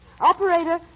Operator